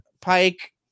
pike